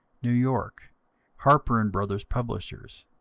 new york harper and brothers, publishers,